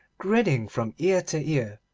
grinning from ear to ear,